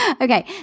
okay